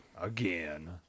Again